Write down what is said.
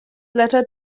letter